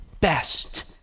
best